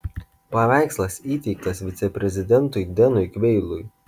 paveikslas įteiktas viceprezidentui denui kveilui